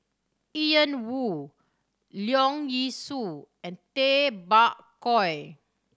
Ian Woo Leong Yee Soo and Tay Bak Koi